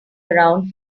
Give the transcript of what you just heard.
around